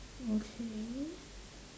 okay